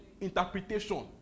interpretation